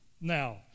now